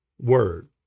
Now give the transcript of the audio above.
word